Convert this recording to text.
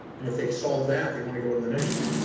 and if they solve that, they want to go onto the next one.